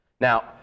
Now